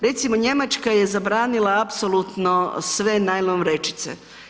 Recimo, Njemačka je zabranila apsolutno sve najlon vrećice.